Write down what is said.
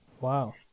Wow